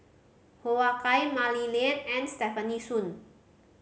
Hoo Ah Kay Mah Li Lian and Stefanie Sun